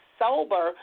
sober